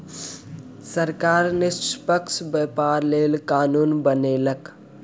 सरकार निष्पक्ष व्यापारक लेल कानून बनौलक